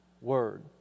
word